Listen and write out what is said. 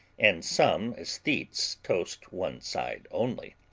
and some aesthetes toast one side only,